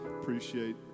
appreciate